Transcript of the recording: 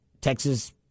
Texas